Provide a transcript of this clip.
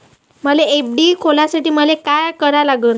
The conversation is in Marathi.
मले एफ.डी खोलासाठी मले का करा लागन?